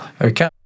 okay